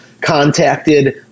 contacted